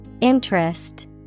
Interest